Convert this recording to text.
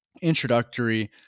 introductory